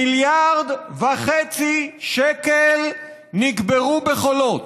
1.5 מיליארד שקל נקברו בחולות.